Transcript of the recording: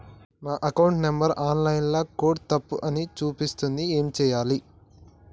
నా account number online ల కొడ్తే తప్పు అని చూపిస్తాంది ఏం చేయాలి?